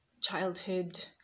childhood